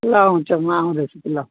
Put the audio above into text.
ल हुन्छ म आउँदैछु ल